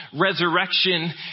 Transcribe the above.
resurrection